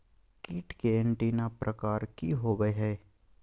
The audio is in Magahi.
कीट के एंटीना प्रकार कि होवय हैय?